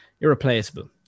Irreplaceable